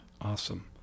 Awesome